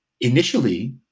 Initially